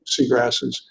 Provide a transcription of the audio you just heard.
seagrasses